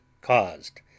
caused